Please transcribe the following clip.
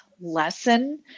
lesson